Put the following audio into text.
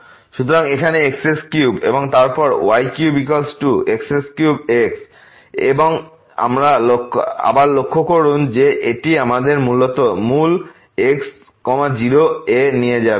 সুতরাং এখানে x3 এবং তারপর y3x3x এবং আবার লক্ষ্য করুন যে এটি আমাদের মূল x → 0 এ নিয়ে যাবে y → 0